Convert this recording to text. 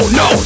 no